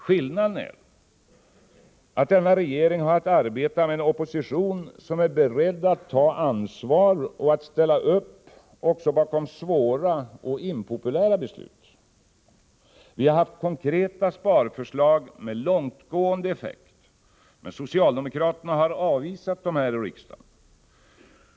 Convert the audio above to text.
Skillnaden är att denna regering har att arbeta med en opposition som är beredd att ta ansvar och ställa upp bakom svåra och impopulära beslut. Vi har haft konkreta sparförslag med långtgående effekt, men socialdemokraterna har avvisat dem här i riksdagen.